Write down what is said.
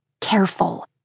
Careful